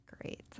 Great